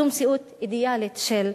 זו מציאות אידיאלית של,